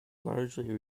largely